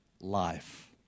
life